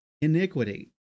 iniquity